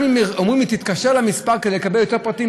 גם אם אומרים לי: תתקשר למספר כדי לקבל יותר פרטים,